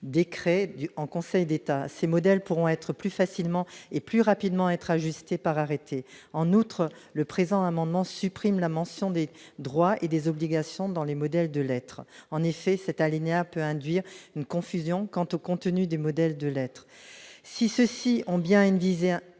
décret en Conseil d'État, ces modèles pourront être plus facilement et plus rapidement être ajusté par arrêté en outre le présent amendement supprime la mention des droits et des obligations dans les modèles de lettres en effet cet alinéa peut induire une confusion quant au contenu des modèles de lettres-si ceux-ci ont bien une dizaine